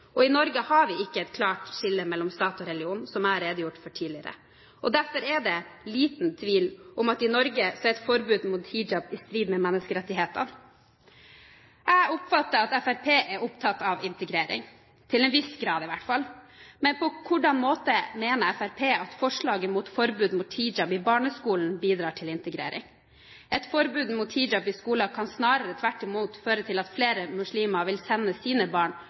religion. I Norge har vi ikke et klart skille mellom stat og religion, som jeg har redegjort for tidligere. Derfor er det liten tvil om at i Norge er et forbud mot hijab i strid med menneskerettighetene. Jeg oppfatter det slik at Fremskrittspartiet er opptatt av integrering – til en viss grad i hvert fall. Men på hvilken måte mener Fremskrittspartiet at forslaget om forbud mot hijab i barneskolen bidrar til integrering? Et forbud mot hijab i skolen kan snarere tvert imot føre til at flere muslimer vil sende sine barn